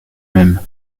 même